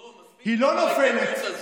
בוא, מספיק עם הפריטטיות הזאת.